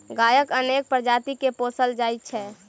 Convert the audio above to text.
गायक अनेक प्रजाति के पोसल जाइत छै